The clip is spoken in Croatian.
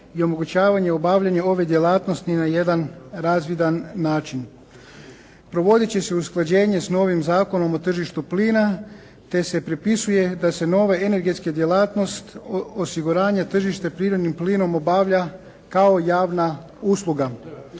i omogućavanja obavljanja ove djelatnosti na jedan razvidan način. Provoditi će se usklađenje s novim Zakonom o tržištu plina te se pripisuje da se nove energetske djelatnosti osiguranja tržište prirodnim plinom obavlja kao javan usluga.